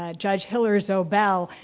ah judge hiller zobel,